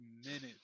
minutes